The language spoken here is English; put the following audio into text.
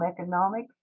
economics